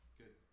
good